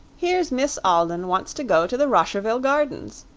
here's miss alden wants to go to the rosherville gardens!